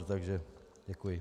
Takže děkuji.